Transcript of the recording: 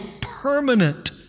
permanent